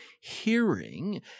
hearing